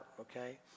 okay